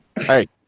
Hey